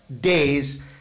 days